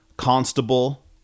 constable